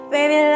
Baby